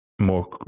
more